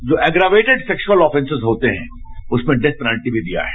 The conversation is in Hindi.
जो एग्रावेटिड सेक्सुअल ऑफेसेंस होते हैं उसमें डेथ पेनाल्टीइ भी दिया है